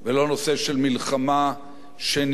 שנדון בעומק כזה,